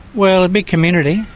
well, a big community,